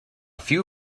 few